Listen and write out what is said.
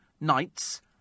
nights